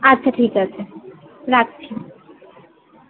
আচ্ছা ঠিক আছে রাখছি